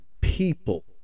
people